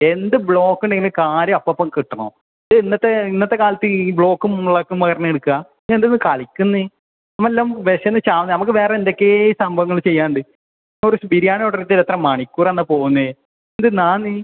എന്ത് ബ്ലോക്ക് ഉണ്ടെങ്കിലും കാര്യം അപ്പപ്പം കിട്ടണം ഇന്നത്തെ ഇന്നത്തെ കാലത്ത് ഈ ബ്ലോക്കും ബ്ലോക്കും പറഞ്ഞ് നിക്കുവാ നീ എന്താ ഇത് കളിക്കിന്ന് നമ്മൾ എല്ലം വിശന്ന് ചാവും നമുക്ക് വേറെ എന്തൊക്കെ സംഭവങ്ങള് ചെയ്യാൻ ഉണ്ട് കുറച്ച് ബിരിയാണി ഓർഡർ ചെയ്ത് ഇത് എത്ര മണിക്കൂറാന്നാ പോകുന്നേ എന്തിന്നാന്ന്